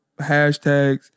hashtags